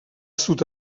sud